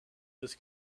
was